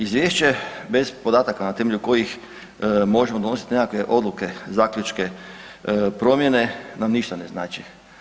Izvješće bez podataka na temelju kojih možemo donositi nekakve odluke, zaključke, promjene nam ništa ne znači.